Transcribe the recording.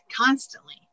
constantly